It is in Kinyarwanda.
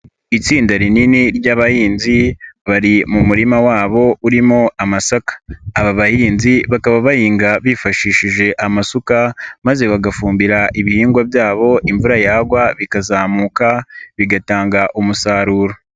Itsinda rinini ry'abahinzi bari mu murima wabo urimo amasaka, aba bahinzi bakaba bahinga bifashishije amasuka maze bagafumbira ibihingwa byabo, imvura yagwa bikazamuka, bigatanga umusaruro.